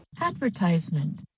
Advertisement